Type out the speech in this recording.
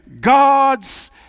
God's